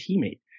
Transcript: teammate